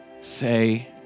say